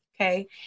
okay